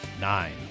Nine